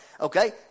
Okay